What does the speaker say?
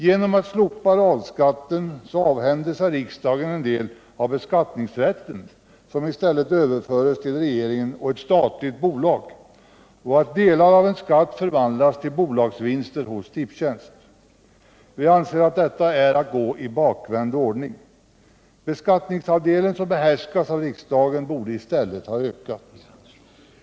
Genom att slopa radskatten avhänder sig riksdagen en del av beskattningsrätten, som i stället överförs till regeringen och ett statligt bolag, så att delar av en skatt förvandlas till bolagsvinster hos AB Tipstjänst. Vi anser att detta är att gå i bakvänd ordning. Beskattningsandelen, som behärskas av riksdagen, borde i stället ha ökat.